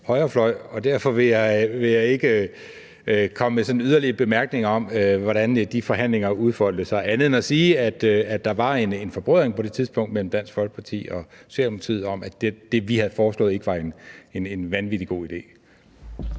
Derfor vil jeg ikke komme med sådan yderligere bemærkninger, om, hvordan de forhandlinger udfoldede sig, andet end at sige, at der var en forbrødring på det tidspunkt mellem Dansk Folkeparti og Socialdemokratiet om, at det, vi havde foreslået, ikke var en vanvittigt god idé.